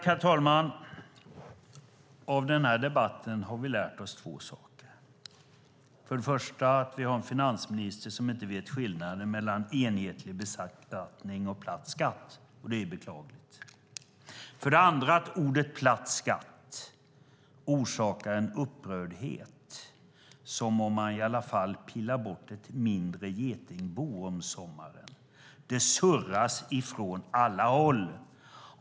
Herr talman! Av den här debatten har vi lärt oss två saker. För det första att vi har en finansminister som inte vet skillnaden mellan enhetlig beskattning och platt skatt. Det är beklagligt. För det andra att begreppet "platt skatt" orsakar en upprördhet som när man pillar bort ett mindre getingbo om sommaren. Det surras ifrån alla håll.